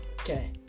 Okay